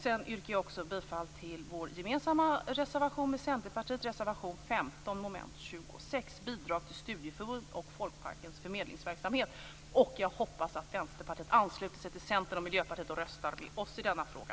Jag yrkar också bifall till Miljöpartiets och Centerpartiets gemensamma reservation 15 under mom. 26 om bidrag till studieförbund och Folkparkernas förmedlingsverksamhet. Jag hoppas också att Vänsterpartiet ansluter sig till Centern och Miljöpartiet och röstar med oss i denna fråga.